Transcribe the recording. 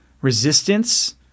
resistance